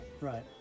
Right